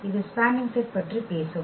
இது spanning set பற்றி பேசும்